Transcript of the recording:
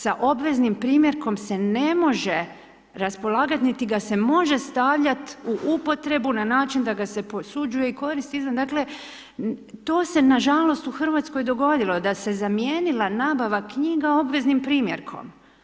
Sa obveznim primjerkom se ne može raspolagati niti ga se može stavljati u upotrebu na način da ga se posuđuje i koristi izvan, dakle se nažalost u Hrvatskoj dogodilo, da se zamijenila nabava knjiga obveznim primjerkom.